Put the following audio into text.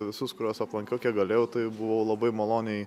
visus kuriuos aplankiau kiek galėjau tai buvau labai maloniai